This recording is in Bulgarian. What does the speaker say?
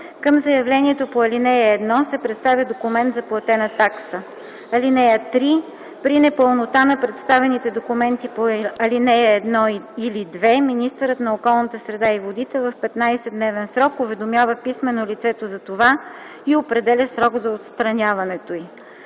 Към заявлението по ал. 1 се представя документ за платена такса. (3) При непълнота на представените документи по ал. 1 или 2, министърът на околната среда и водите в 15-дневен срок уведомява писмено лицето за това и определя срок за отстраняването й.